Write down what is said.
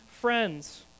friends